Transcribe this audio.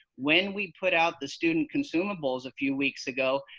when we put out the student consumables a few weeks ago,